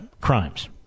crimes